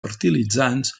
fertilitzants